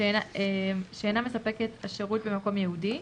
שאינה מספקת השירות במקום ייעודי,